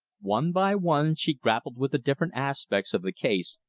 one by one she grappled with the different aspects of the case,